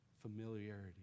familiarity